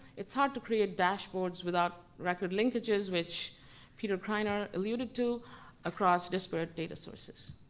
it's hard to create dashboards without record linkages, which peter kreiner alluded to across disparate data sources.